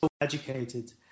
educated